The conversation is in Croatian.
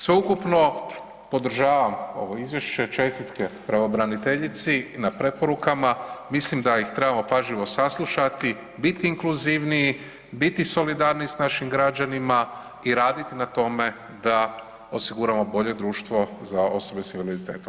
Sveukupno podržavam ovo izvješće, čestitke pravobraniteljici na preporukama, mislim da ih trebamo pažljivo saslušati, biti inkluzivniji, biti solidarniji sa našim građanima i raditi na tome da osiguramo bolje društvo za osobe s invaliditetom.